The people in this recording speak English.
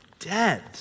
dead